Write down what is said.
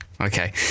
Okay